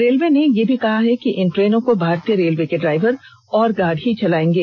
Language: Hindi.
रेलवे ने यह भी कहा है कि इन ट्रेनों को भारतीय रेलवे के ड्राइवर और गार्ड ही चलायेंगे